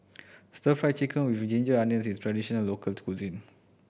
Stir Fried Chicken With Ginger Onions is a traditional local cuisine